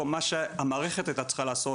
מה שהמערכת הייתה צריכה לעשות,